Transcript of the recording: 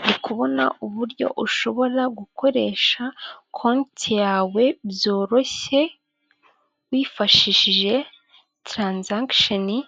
Ndi kubona uburyo ushobora gukoresha konti yawe byoroshye wifashishije taranzakisheni